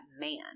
man